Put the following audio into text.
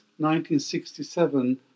1967